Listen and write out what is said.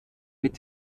mit